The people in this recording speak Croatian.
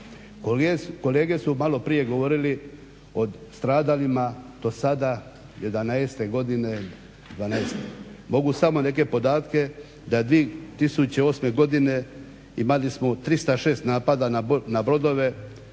Kolege su maloprije govorili o stradalima do sada 2011. godine, 2012. Mogu samo neke podatke da 2008. godine, imali smo 306 napada na brodove,